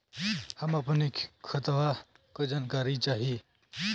हम अपने खतवा क जानकारी चाही?